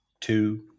two